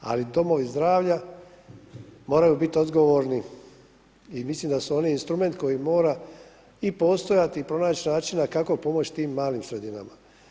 Ali domovi zdravlja moraju biti odgovorni i mislim da su oni instrument koji mora postojati i pronaći načina kako pomoći tim malim sredinama.